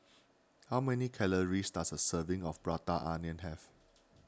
how many calories does a serving of Prata Onion have